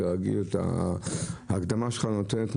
כרגיל ההקדמה שלך נותנת,